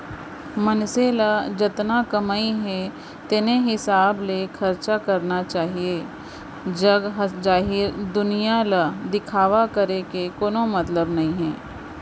मनसे ल जतना कमई हे तेने हिसाब ले खरचा चलाना चाहीए जग जाहिर दुनिया ल दिखावा करे के कोनो मतलब नइ हे